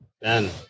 Ben